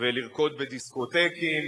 ולרקוד בדיסקוטקים,